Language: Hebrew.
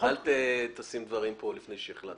אל תשים דברים כאן לפני שהחלטנו.